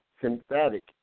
sympathetic